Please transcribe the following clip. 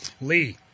Lee